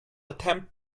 attempt